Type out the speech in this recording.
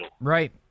right